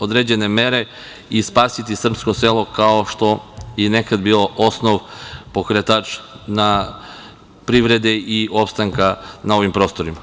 određene mere i spasiti srpsko selo, 2kao što je nekad bilo osnov, pokretač privrede i opstanka na ovim prostorima.